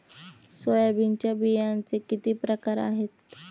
सोयाबीनच्या बियांचे किती प्रकार आहेत?